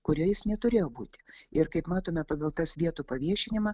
kurioj jis neturėjo būti ir kaip matome pagal tas vietų paviešinimą